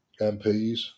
MPs